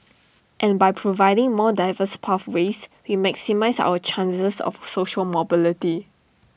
and by providing more diverse pathways we maximise our chances of social mobility